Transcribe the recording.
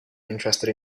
interested